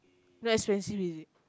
very expensive is it